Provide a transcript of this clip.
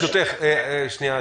שנייה,